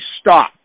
stop